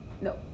No